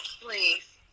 please